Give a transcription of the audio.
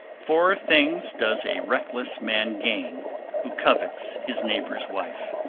four things does a wreckless man gain who covets his neighbour's wife